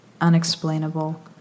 unexplainable